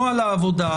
נוהל העבודה,